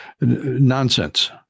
nonsense